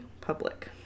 public